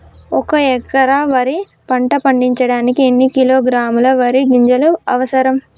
ఒక్క ఎకరా వరి పంట పండించడానికి ఎన్ని కిలోగ్రాముల వరి గింజలు అవసరం?